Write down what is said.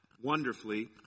Wonderfully